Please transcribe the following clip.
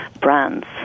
brands